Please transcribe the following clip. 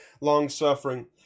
long-suffering